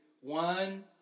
One